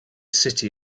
city